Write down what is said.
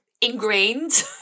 ingrained